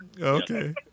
Okay